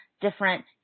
different